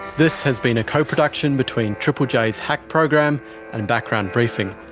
this has been a co-production between triple j's hack program and background briefing.